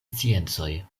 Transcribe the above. sciencoj